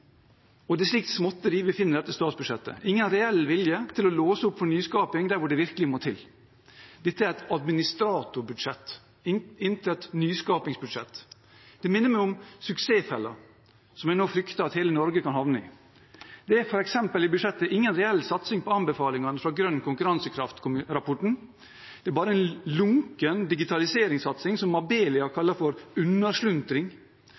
veier. Det er slikt småtteri vi finner i dette statsbudsjettet. Det er ingen reell vilje til å låse opp for nyskaping der hvor det virkelig må til. Dette er et administratorbudsjett, intet nyskapingsbudsjett. Det minner meg om suksessfella, som jeg nå frykter at hele Norge kan havne i. Det er i budsjettet f.eks. ingen reell satsing på anbefalingene fra grønn konkurransekraft-rapporten. Det er bare en lunken digitaliseringssatsing som Abelia